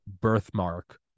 birthmark